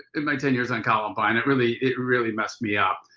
in my ten years on columbine. it really it really messed me up.